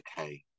okay